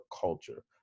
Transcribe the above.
culture